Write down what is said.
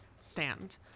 stand